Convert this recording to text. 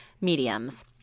mediums